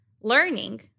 learning